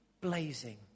blazing